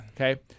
Okay